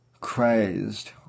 crazed